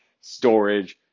storage